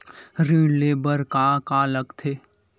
ऋण ले बर का का लगथे?